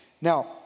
Now